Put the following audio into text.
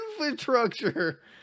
infrastructure